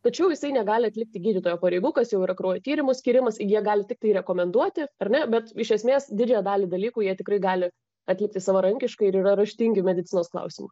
tačiau jisai negali atlikti gydytojo pareigų kas jau ir kraujo tyrimų skyrimas jie gali tiktai rekomenduoti ar ne bet iš esmės didžiąją dalį dalykų jie tikrai gali atlikti savarankiškai ir yra raštingi medicinos klausimu